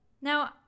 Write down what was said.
Now